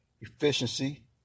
efficiency